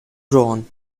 drawn